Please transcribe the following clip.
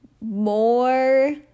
more